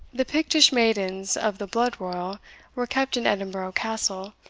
the pictish maidens of the blood-royal were kept in edinburgh castle,